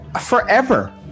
Forever